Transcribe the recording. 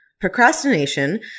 Procrastination